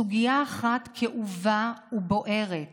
סוגיה אחת כאובה ובוערת